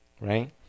Right